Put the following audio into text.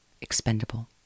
expendable